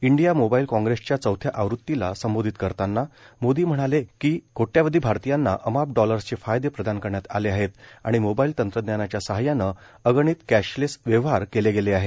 India mobile कॉग्रेसच्या चौथ्या आवृत्तीला संबोधित करताना मोदी म्हणाले की कोट्यवधी भारतीयांना अमाप डॉलर्सचे फायदे प्रदान करण्यात आले आहेत आणि मोबाइल तंत्रज्ञानाच्या सहाय्यानं अगणित कॅशलेस व्यवहार केले गेले आहेत